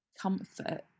comfort